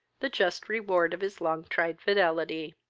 the just reward of his long tried fidelity.